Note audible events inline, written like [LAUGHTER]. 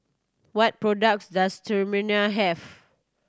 what products does [UNINTELLIGIBLE] have